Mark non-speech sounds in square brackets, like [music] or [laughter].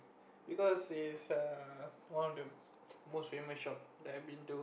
because is err one of the [noise] most famous shop that I've been to